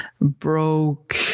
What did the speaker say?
broke